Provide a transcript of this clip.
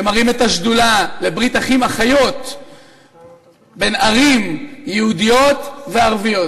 שמרים את השדולה לברית אחים אחיות בין ערים יהודיות וערביות?